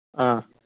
ꯑꯥ